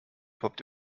poppt